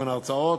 כגון הרצאות,